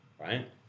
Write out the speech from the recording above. right